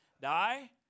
die